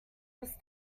was